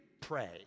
pray